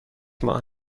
ماه